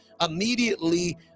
immediately